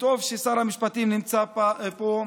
וטוב ששר המשפטים נמצא פה,